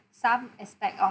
some aspect of